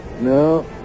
No